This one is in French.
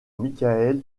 michael